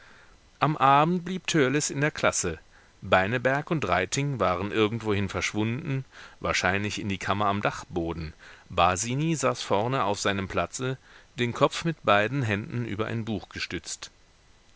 am abend blieb törleß in der klasse beineberg und reiting waren irgendwohin verschwunden wahrscheinlich in die kammer am dachboden basini saß vorne auf seinem platze den kopf mit beiden händen über ein buch gestützt